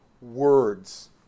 words